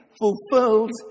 fulfilled